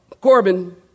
Corbin